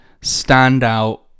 standout